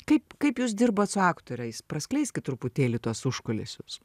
kaip kaip jūs dirbat su aktoriais praskleiskit truputėlį tuos užkulisius